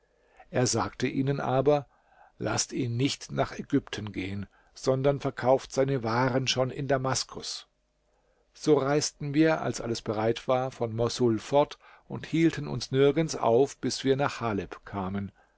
er sagte ihnen aber laßt ihn nicht nach ägypten gehen sondern verkauft seine waren schon in damaskus so reisten wir als alles bereit war von mossul fort und hielten uns nirgends auf bis wir nach haleb kamen